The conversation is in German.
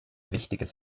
wichtiges